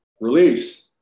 release